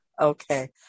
Okay